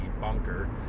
Bunker